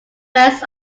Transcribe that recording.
rest